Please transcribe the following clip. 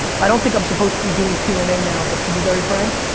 i don't think i'm supposed to be doing q and a now but to be very frank,